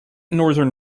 northern